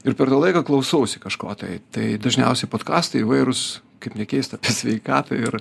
ir per tą laiką klausausi kažko tai tai dažniausiai podkastai įvairūs kaip nekeista apie sveikatą ir